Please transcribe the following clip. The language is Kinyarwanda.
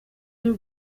y’u